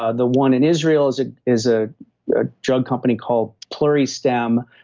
ah the one in israel is ah is ah a drug company called pluristem,